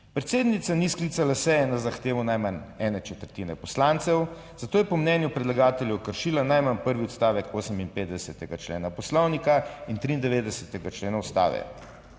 Predsednica ni sklicala seje na zahtevo najmanj ene četrtine poslancev, zato je po mnenju predlagateljev kršila najmanj prvi odstavek 58. člena poslovnika in 93. člena **35.